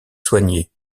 soignée